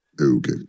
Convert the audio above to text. Okay